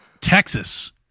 Texas